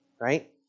right